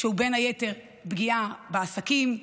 בן היתר פגיעה בעסקים,